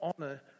honor